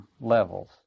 levels